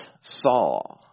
saw